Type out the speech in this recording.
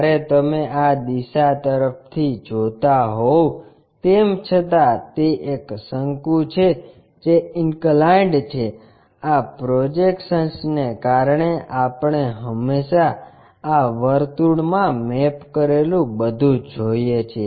જ્યારે તમે આ દિશા તરફ થી જોતા હોવ તેમ છતાં તે એક શંકુ છે જે ઇન્કલાઇન્ડ છે આ પ્રોજેક્શન્સ ને કારણે આપણે હંમેશાં આ વર્તુળમાં મેપ કરેલું બધું જોઇએ છે